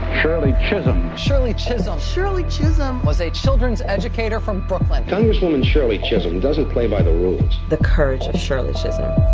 shirley chisholm shirley chisholm. shirley chisholm. was a children's educator from brooklyn congresswoman shirley chisholm doesn't play by the rules the courage of shirley chisholm.